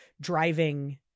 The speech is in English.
driving